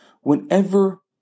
whenever